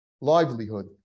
livelihood